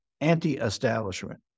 anti-establishment